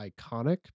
iconic